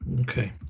Okay